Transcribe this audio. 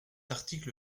article